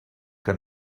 que